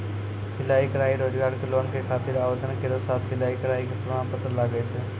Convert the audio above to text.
सिलाई कढ़ाई रोजगार के लोन के खातिर आवेदन केरो साथ सिलाई कढ़ाई के प्रमाण पत्र लागै छै?